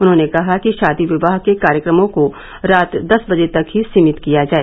उन्होंने कहा कि शादी विवाह के कार्यक्रमों को रात दस बजे तक ही सीमित किया जाए